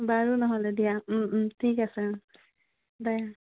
বাৰু নহ'লে দিয়া ঠিক আছে বাই